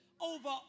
over